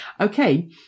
Okay